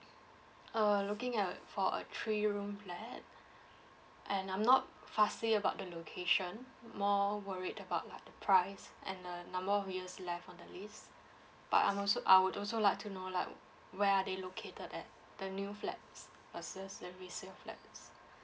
err looking at uh for a three room flat and I'm not fussy about the location more worried about like the price and the number of years left on the lease but I'm also I would also like to know like where are they located at the new flats versus the resale flats